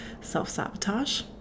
self-sabotage